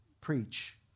preach